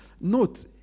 note